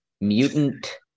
mutant